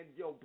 yo